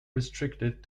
restricted